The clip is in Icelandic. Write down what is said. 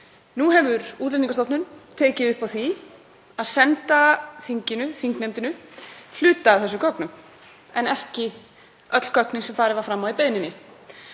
Nú hefur Útlendingastofnun tekið upp á því að senda þinginu, þingnefndinni, hluta af þessum gögnum en ekki öll gögnin sem farið var fram á í beiðninni.